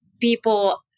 people